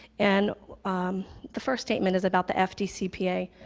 and the first statement is about the fdcpa.